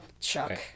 Chuck